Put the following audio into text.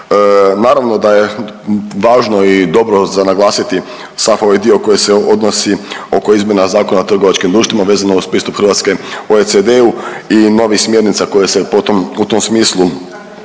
Naravno da je važno i dobro za naglasiti sav ovaj dio koji se odnosi oko izmjena Zakona o trgovačkim društvima vezano uz pristup Hrvatske OECD-u i novim smjernica koje se po tom u